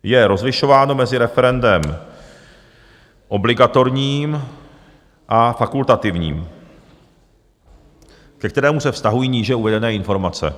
Je rozlišováno mezi referendem obligatorním a fakultativním, ke kterému se vztahují níže uvedené informace.